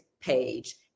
page